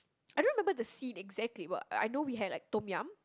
I don't remember the scene exactly but I know we had like Tom-Yum